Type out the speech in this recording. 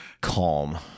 calm